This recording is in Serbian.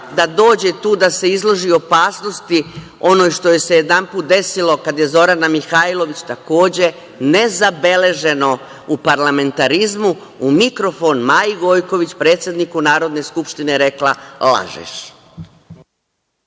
da dođe tu da se izloži opasnosti onoj što joj se jedanput desilo kada je Zorana Mihajlović, takođe, nezabeleženo u parlamentarizmu u mikrofon Maji Gojković, predsedniku Narodne skupštine, rekla – lažeš.